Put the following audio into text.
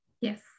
Yes